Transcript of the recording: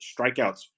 strikeouts